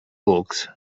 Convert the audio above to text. books